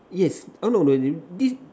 yes oh no no this